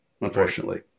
Unfortunately